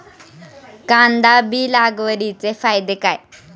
कांदा बी लागवडीचे फायदे काय?